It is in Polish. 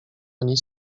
ani